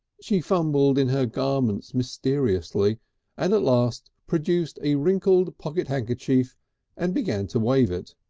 she fumbled in her garments mysteriously and at last produced a wrinkled pocket handkerchief and began to wave it.